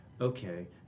okay